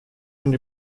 and